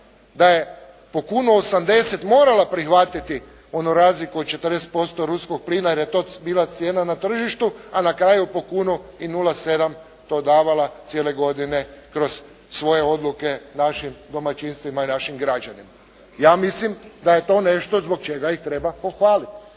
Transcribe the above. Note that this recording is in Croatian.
da je po 1,80 kuna morala prihvatiti onu razliku od 40% ruskog plina jer je to bila cijena na tržištu, a na kraju po 1,07 kuna to davala cijele godine kroz svoje odluke našim domaćinstvima i našim građanima. Ja mislim da je to nešto zbog čega ih treba pohvaliti.